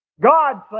God